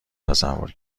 تصور